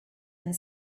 and